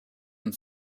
and